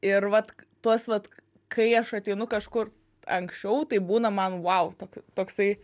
ir vat tuos vat kai aš ateinu kažkur anksčiau tai būna man vau toksai